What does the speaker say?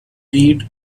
read